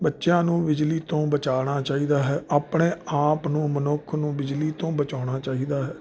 ਬੱਚਿਆਂ ਨੂੰ ਬਿਜਲੀ ਤੋਂ ਬਚਾਉਣਾ ਚਾਹੀਦਾ ਹੈ ਆਪਣੇ ਆਪ ਨੂੰ ਮਨੁੱਖ ਨੂੰ ਬਿਜਲੀ ਤੋਂ ਬਚਾਉਣਾ ਚਾਹੀਦਾ ਹੈ ਬਿਜਲੀ